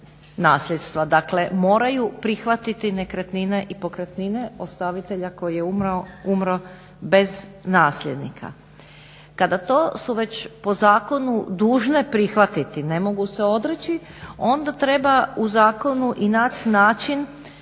nasljedstva. Dakle, moraju prihvatiti nekretnine i pokretnine ostavitelja koji je umro bez nasljednika. Kada to su već po zakonu dužne prihvatiti, ne mogu se odreći, onda treba u zakonu i naći način